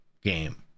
game